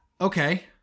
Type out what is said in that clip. Okay